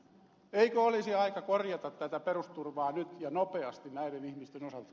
eikö olisi aika korjata tätä perusturvaa nyt ja nopeasti näiden ihmisten osalta